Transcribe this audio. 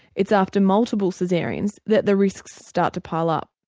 it's after multiple so caesareans that the risks start to pile up.